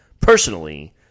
Personally